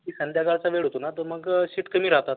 ती संध्याकाळचा वेळ होतो ना तो मग शीट कमी राहतात